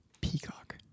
Peacock